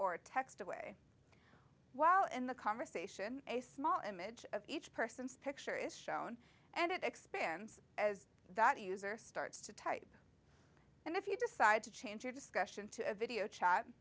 or text away while in the conversation a small image of each person's picture is shown and it expands as that user starts to type and if you decide to change your discussion to a video